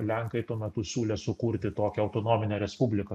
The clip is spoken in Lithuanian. lenkai tuo metu siūlė sukurti tokią autonominę respubliką